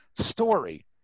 story